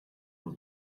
will